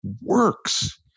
works